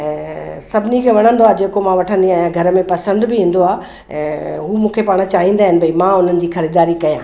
ऐं सभिनी खे वणंदो आहे जेको मां वठंदी आहियां घर में पसंदि बि ईंदो आहे ऐं उहो मूंखे पाण चाहींदा आहिनि भई मां हुनन जी ख़रीदारी कयां